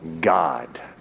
God